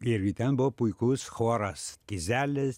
irgi ten buvo puikus choras kizelis